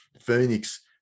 Phoenix